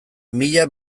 mila